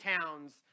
towns